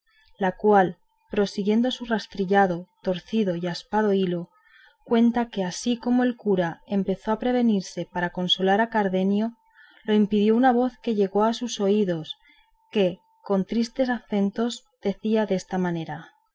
la cual prosiguiendo su rastrillado torcido y aspado hilo cuenta que así como el cura comenzó a prevenirse para consolar a cardenio lo impidió una voz que llegó a sus oídos que con tristes acentos decía desta manera